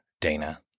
Dana